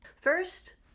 First